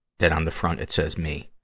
that on the front it says, me,